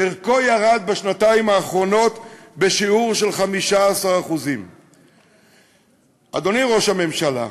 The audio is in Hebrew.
ערכו ירד בשנתיים האחרונות בשיעור של 15%. אדוני ראש הממשלה,